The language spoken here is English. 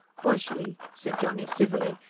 was she? said johnny civilly,